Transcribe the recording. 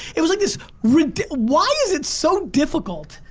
it was like this ridi, why is it so difficult?